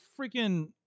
freaking